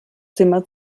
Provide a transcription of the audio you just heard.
zimmer